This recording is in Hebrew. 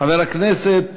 חבר הכנסת